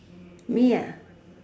me